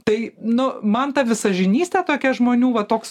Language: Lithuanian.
tai nu man ta visažinystė tokia žmonių va toks